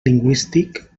lingüístic